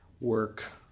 work